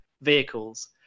vehicles